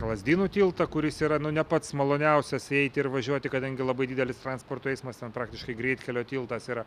lazdynų tiltą kuris yra ne pats maloniausias eiti ir važiuoti kadangi labai didelis transporto eismas ten praktiškai greitkelio tiltas yra